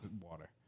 water